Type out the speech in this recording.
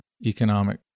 economic